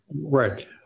Right